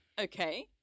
Okay